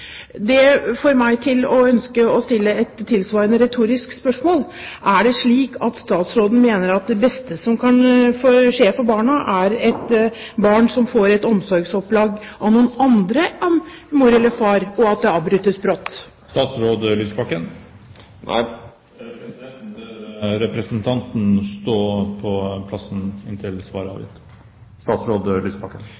Det får meg til å ønske å stille et tilsvarende retorisk spørsmål: Er det slik at statsråden mener at det beste som kan skje for barna, er at barna får et omsorgsopplegg av noen andre enn mor eller far, og at dette avbrytes brått? Nei, det er ikke slik at Regjeringen ønsker å legge føringer på